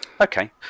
okay